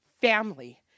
family